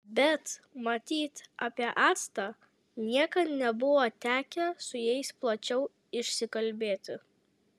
bet matyt apie actą niekad nebuvo tekę su jais plačiau išsikalbėti